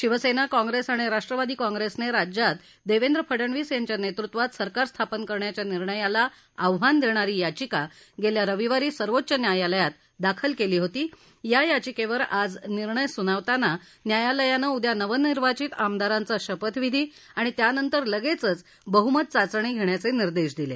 शिवसेना काँग्रेस आणि राष्ट्रवादी काँग्रेसने राज्यात देवेंद्र फडणवीस यांच्या नेतृत्वात सरकार स्थापन करण्याच्या निर्णयाला आव्हान देणारी याचिका गेल्या रविवारी सर्वोच्च न्यायालयात दाखल केली होती या याचिकेवर आज निर्णय सुनावताना न्यायालयानं उदया नवनिर्वाचित आमदारांचा शपथविधी आणि त्यानंतर लगेचच बहमत चाचणी घेण्याचे निर्देश दिले